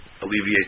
alleviate